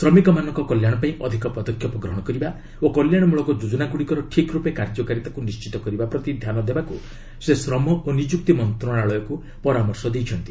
ଶ୍ରମିକମାନଙ୍କ କଲ୍ୟାଣପାଇଁ ଅଧିକ ପଦକ୍ଷେପ ଗ୍ରହଣ କରିବା ଓ କଲ୍ୟାଣମୂଳକ ଯୋଜନାଗୁଡ଼ିକର ଠିକ୍ରୂପେ କାର୍ଯ୍ୟକାରିତାକୁ ନିଣ୍ଟିତ କରିବା ପ୍ରତି ଧ୍ୟାନ ଦେବାକୁ ସେ ଶ୍ରମ ଓ ନିଯୁକ୍ତି ମନ୍ତ୍ରଣାଳୟକୁ ପରାମର୍ଶ ଦେଇଛନ୍ତି